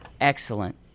Excellent